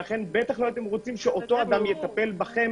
בטח שלא הייתם רוצים שאותו אדם יטפל בכם